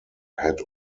had